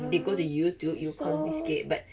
err so